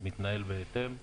מתנהל בהתאם.